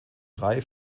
reihe